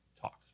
talks